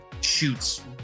shoots